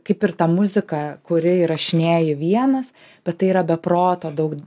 kaip ir tą muziką kuri įrašinėji vienas bet tai yra be proto daug